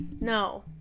No